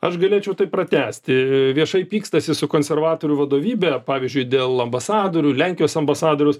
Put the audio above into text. aš galėčiau tai pratęsti viešai pykstasi su konservatorių vadovybe pavyzdžiui dėl ambasadorių lenkijos ambasadoriaus